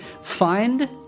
find